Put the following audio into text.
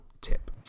tip